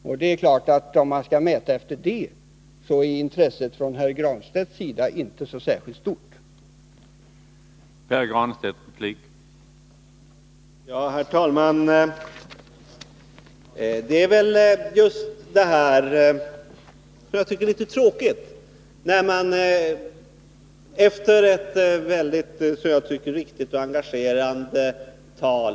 Skall man se på det hela tidsmässigt, så är intresset för de här frågorna från herr Granstedts sida inte särskilt stort just nu.